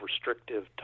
restrictive